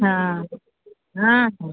ହଁ ହଁ